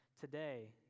today